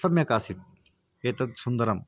सम्यक् आसीत् एतत् सुन्दरम्